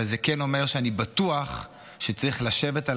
אבל זה כן אומר שאני בטוח שצריך לשבת על